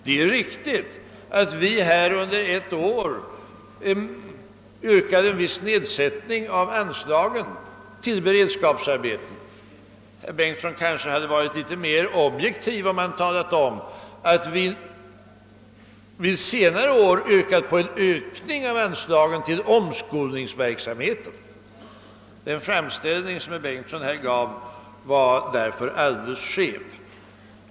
Det är riktigt att vi under ett år här i riksdagen yrkade på en viss nedskärning av anslagen till beredskapsarbeten, men herr Bengtsson skulle ha varit mera objektiv om han också nämnt att vi under senare år har yrkat på en ökning av anslagen till omskolningsverksamheten. Herr Bengtssons framställning var alltså helt felaktig.